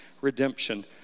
redemption